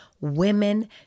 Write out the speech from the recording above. women